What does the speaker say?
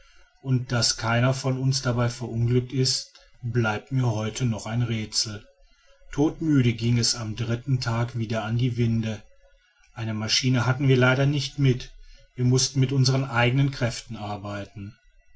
und daß keiner von uns dabei verunglückt ist bleibt mir heute noch ein rätsel todmüde ging es am dritten tag wieder an die winde eine maschine hatten wir leider nicht mit wir mußten mit unsern eignen kräften arbeiten